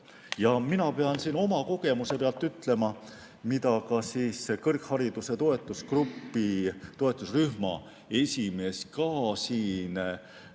Mina pean siin oma kogemuse pealt ütlema – seda ka kõrghariduse toetusgrupi toetusrühma esimees siin